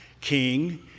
king